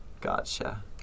Gotcha